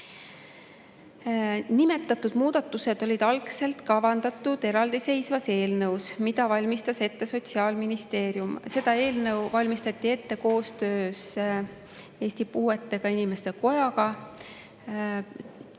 Nimetatud muudatused olid algselt kavandatud eraldi seisvas eelnõus, mida valmistas ette Sotsiaalministeerium. Seda eelnõu valmistati ette koostöös Eesti Puuetega Inimeste Kojaga.